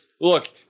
look